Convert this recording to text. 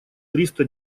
триста